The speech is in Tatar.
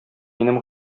минем